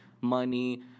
money